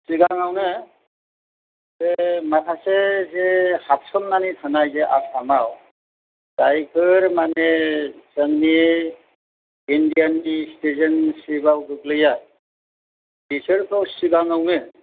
सिगांआवनो बे माखासे जे हाबसननानै थानाय बे आसामाव जायफोर माने जोंनि इण्डियाननि सिटिजेनशिपआव गोग्लैया बिसोरखौ सिगांआवनो